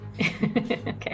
Okay